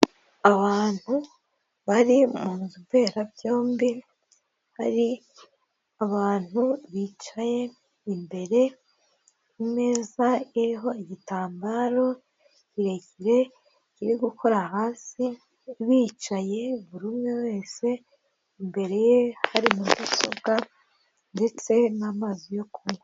Abantu bari mu nzu mberabyombi hari abantu bicaye imbere ku meza iriho igitambaro kirekire kiri gukora hasi bicaye buri umwe wese imbere ye hari mudasobwa ndetse n'amazi yo kunywa.